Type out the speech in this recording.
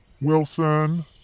Wilson